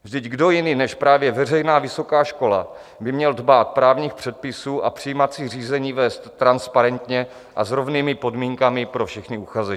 Vždyť kdo jiný než právě veřejná vysoká škola by měl dbát právních předpisů a přijímací řízení vést transparentně a s rovnými podmínkami pro všechny uchazeče?